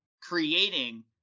creating